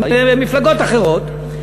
עם מפלגות אחרות,